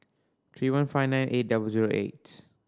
three one five nine eight double zero eight